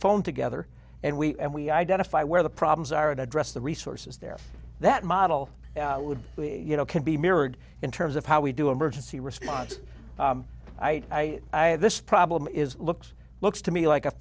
phone together and we and we identify where the problems are and address the resources there that model would you know can be mirrored in terms of how we do emergency response i i have this problem is looks looks to me like